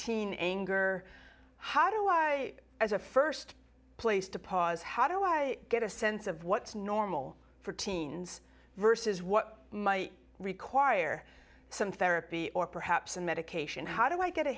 teen anger how do i as a st place to pause how do i get a sense of what's normal for teens versus what my require some therapy or perhaps a medication how do i get a